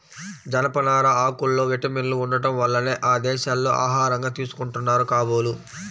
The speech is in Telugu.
జనపనార ఆకుల్లో విటమిన్లు ఉండటం వల్లనే ఆ దేశాల్లో ఆహారంగా తీసుకుంటున్నారు కాబోలు